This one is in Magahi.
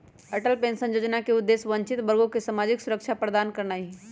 अटल पेंशन जोजना के उद्देश्य वंचित वर्गों के सामाजिक सुरक्षा प्रदान करनाइ हइ